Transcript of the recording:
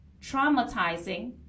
traumatizing